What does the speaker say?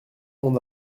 mon